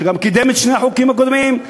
שקידם את שני החוקים הקודמים,